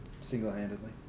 single-handedly